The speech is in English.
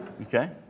Okay